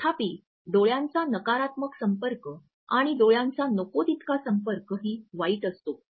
तथापि डोळ्यांचा नकारात्मक संपर्क आणि डोळ्यांचा नको तितका संपर्क ही वाईट असतो